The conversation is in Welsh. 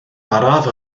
araf